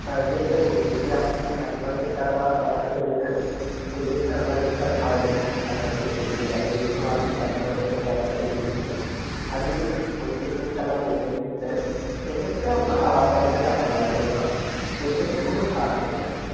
হ্যাঁ যে দেখুন যদি আপনি এক মাসের টাকা একসাথে দিয়ে দেন ঐ ক্ষেত্রে আমরা কিছুটা ছাড় দিই আপনাকে পত্রিকাতে যেহেতু আপনি এক মাসেরটা একসাথে দিয়ে দিচ্ছেন আর যেদিন প্রত্যেকদিনের টাকা প্রত্যেকদিন দেন সেই ক্ষেত্রে আপনার আলাদাভাবে টাকা লাগবে ওটা ঐ ক্ষেত্রে কোনো ছাড় নেই আর কি